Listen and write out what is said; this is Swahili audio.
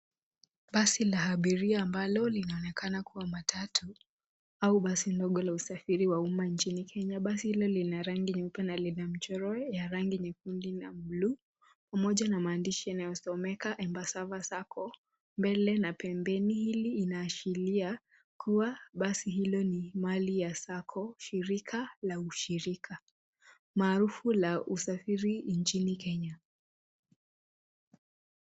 Basi la abiria ambalo linaonekana kuwa matatu, au basi ndogo la usafiri wa umma nchini Kenya. Basi hilo lina rangi nyeupe na lina mchoro ya rangi nyekundu na buluu, pamoja na maandishi yanayosomeka Embasava Sacco mbele na pembeni ili inahashiria kuwa basi hilo ni mali ya Sacco, shirika la ushirika , maarufu la usafiri nchini Kenya.